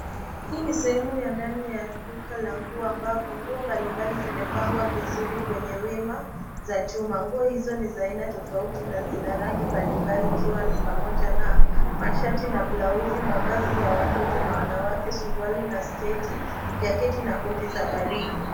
Hii ni sehemu ya ndani ya duka la nguo ambapo nguo mbalimbali zimepangwa vizuri kwenye wima za chuma. Nguo hizo ni za aina tofauti na zina rangi mbalimbali ikiwa ni pamoja na mashati na blausi, mavazi za watoto na wanawake. Suruali na sketi, jaketi na koti za baridi.